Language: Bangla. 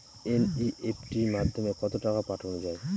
এন.ই.এফ.টি মাধ্যমে কত টাকা পাঠানো যায়?